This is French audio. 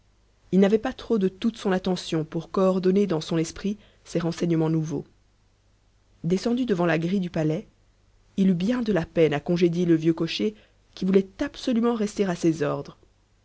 il n'avait pas trop de toute son attention pour coordonner dans son esprit ses renseignements nouveaux descendu devant la grille du palais il eut bien de la peine à congédier le vieux cocher qui voulait absolument rester à ses ordres